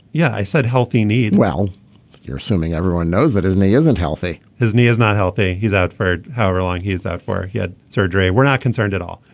yeah i said healthy need. well you're assuming everyone knows that isn't he isn't healthy his knee is not healthy. he's out for however long he is out for he had surgery. we're not concerned at all.